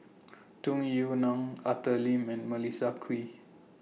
Tung Yue Nang Arthur Lim and Melissa Kwee